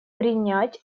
принять